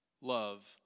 Love